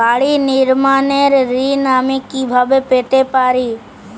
বাড়ি নির্মাণের ঋণ আমি কিভাবে পেতে পারি?